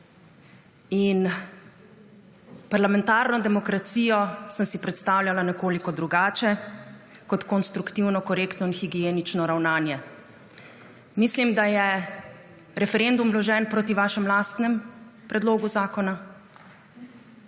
in parlamentarno demokracijo sem si predstavljala nekoliko drugače, kot konstruktivno, korektno in higienično ravnanje. Mislim, da je referendum vložen proti vašemu lastnemu predlogu zakona.